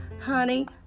honey